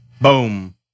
Boom